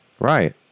Right